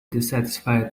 dissatisfied